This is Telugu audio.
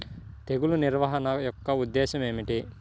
తెగులు నిర్వహణ యొక్క ఉద్దేశం ఏమిటి?